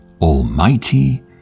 almighty